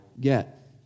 get